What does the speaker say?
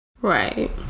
right